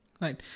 Right